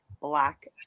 black